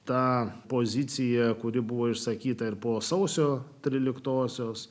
tą poziciją kuri buvo išsakyta ir po sausio tryliktosios